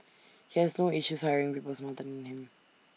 he has no issues hiring people smarter than him